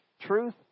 Truth